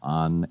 on